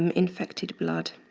um infected blood,